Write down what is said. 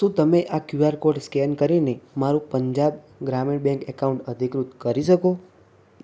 શું તમે આ કયુઆર કોડ સ્કેન કરીને મારું પંજાબ ગ્રામીણ બેંક એકાઉન્ટ અધિકૃત કરી શકો